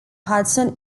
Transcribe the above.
hudson